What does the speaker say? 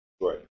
right